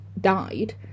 died